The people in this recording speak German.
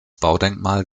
baudenkmal